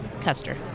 Custer